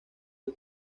del